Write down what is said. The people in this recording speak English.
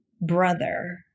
brother